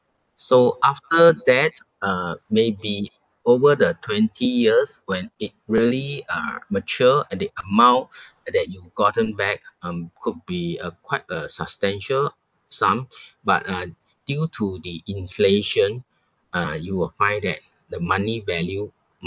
so after that uh maybe over the twenty years when it really uh mature at the amount that you gotten back um could be uh quite a substantial sum but uh due to the inflation uh you will find that the money value